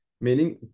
Meaning